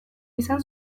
izan